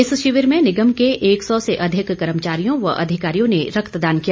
इस शिविर में निगम के एक सौ से अधिक कर्मचारियों व अधिकारियों ने रक्तदान किया